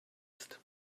ist